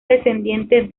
descendiente